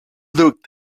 looked